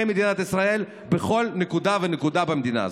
מדינת ישראל בכל נקודה ונקודה במדינה הזאת.